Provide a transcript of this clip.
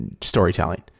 storytelling